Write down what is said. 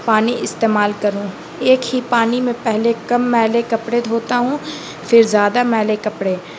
پانی استعمال کروں ایک ہی پانی میں پہلے کم میلے کپڑے دھوتا ہوں پھر زیادہ میلے کپڑے